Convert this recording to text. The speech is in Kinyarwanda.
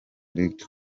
rick